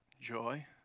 Joy